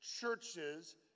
churches